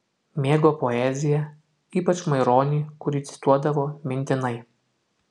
mėgo poeziją ypač maironį kurį cituodavo mintinai